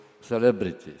celebrities